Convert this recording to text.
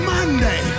Monday